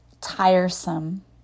tiresome